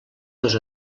dos